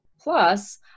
Plus